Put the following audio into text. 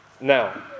now